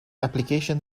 application